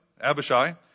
Abishai